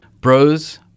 Bros